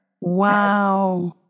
Wow